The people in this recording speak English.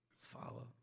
follow